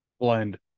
blend